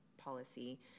policy